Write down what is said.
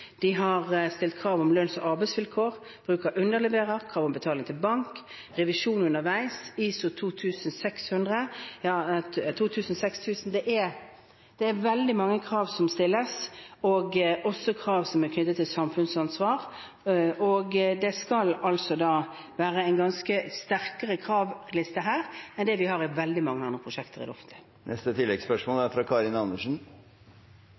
De har stilt krav om lønns- og arbeidsvilkår, bruk av underleverandører, krav om betaling til bank, revisjon underveis – ISO 26 000 – det er veldig mange krav som stilles, også krav som er knyttet til samfunnsansvar. Det er en mye sterkere kravliste her enn det vi har i veldig mange andre prosjekter i det offentlige.